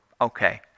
Okay